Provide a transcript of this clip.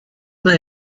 mae